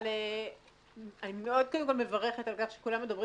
אבל אני קודם כול מברכת על כך שכולם מדברים